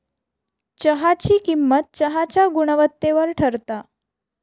चहाची किंमत चहाच्या गुणवत्तेवर ठरता